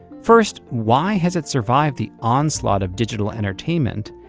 first, why has it survived the onslaught of digital entertainment?